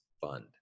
Fund